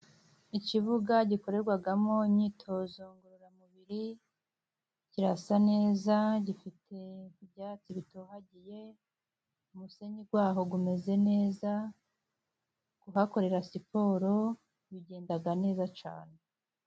Ikibuga gikorerwamo imyitozo ngororamubiri kirasa neza, gifite ibyatsi bitohagiye umusenyi w'aho umeze neza, kuhakorera siporo bigenda neza cyane.